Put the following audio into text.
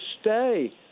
stay